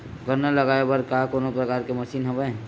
गन्ना लगाये बर का कोनो प्रकार के मशीन हवय?